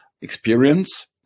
experience